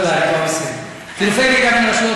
לא, לא, אני כבר מסיים.